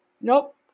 nope